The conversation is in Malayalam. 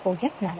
04